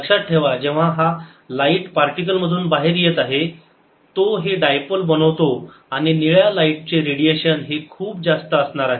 लक्षात ठेवा जेव्हा हा लाईट पार्टिकल मधून बाहेर येत आहे तो हे डायपोल बनवतो आणि निळ्या लाईटचे रेडिएशन हे खूप जास्त असणार आहे